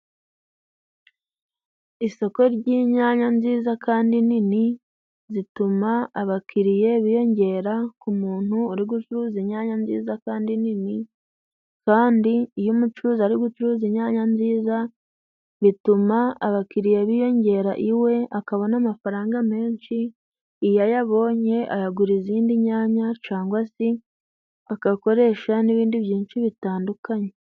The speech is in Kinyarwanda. Isoko ry'inyanya nziza kandi nini zituma abakiriye biyongera ku muntu uri gucuruza inyanya nziza kandi nini, kandi iyo umucuruzi ari gucuruza inyanya nziza, bituma abakiriye biyongera iwe, akabona amafaranga menshi, iyo ayabonye ayagura izindi nyanya cangwa se akayakoresha n'ibindi byinshi bitandukanye.